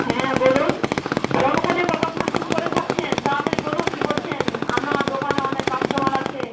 হ্যাঁ বলুন ফোন করে কতোক্ষণ চুপ করে থাকছেন তাড়াতাড়ি বলুন কী বলছেন আমার দোকানে অনেক কাস্টোমার আছে